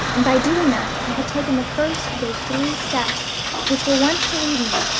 and by doing that i have taken the first of those three steps which were once to lead me,